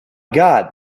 god